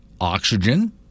oxygen